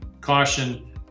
caution